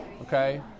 okay